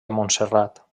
montserrat